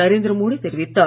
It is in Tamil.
நரேந்திர மோடி தெரிவித்தார்